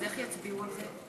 אז איך יצביעו על זה?